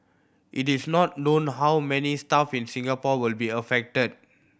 it is not known how many staff in Singapore will be affected